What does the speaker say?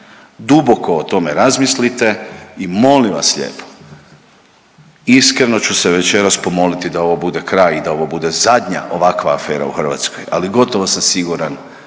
Duboko o tome razmislite i molim vas lijepo iskreno ću se večeras pomoliti da ovo bude kraj i da ovo bude zadnja ovakva afera u Hrvatskoj. Ali gotovo sam siguran